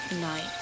Night